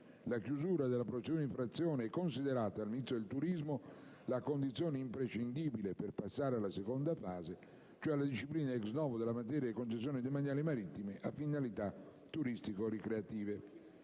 La chiusura della procedura di infrazione è considerata dal Ministro del turismo la condizione imprescindibile per passare alla seconda fase, cioè alla disciplina *ex* *novo* della materia delle concessioni demaniali marittime a finalità turistico-ricreative.